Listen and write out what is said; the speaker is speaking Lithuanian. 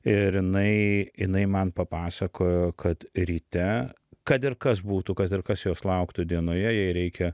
ir jinai jinai man papasakojo kad ryte kad ir kas būtų kad ir kas jos lauktų dienoje jai reikia